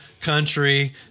country